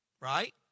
Right